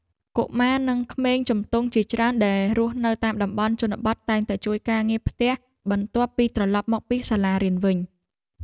កុមារនិងក្មេងជំទង់ជាច្រើនដែលរស់នៅតាមតំបន់ជនបទតែងតែជួយការងារផ្ទះបន្ទាប់ពីត្រឡប់មកពីសាលារៀនវិញ។